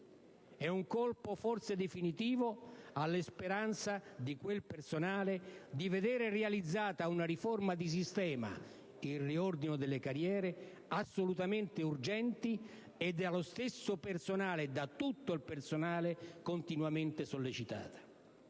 È un colpo forse definitivo alle speranze di quel personale di vedere realizzata una riforma di sistema - il riordino delle carriere - assolutamente urgente e dallo stesso personale, da tutto il personale, continuamente sollecitata.